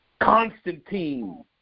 Constantine